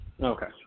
Okay